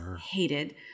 hated